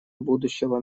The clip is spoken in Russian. будущего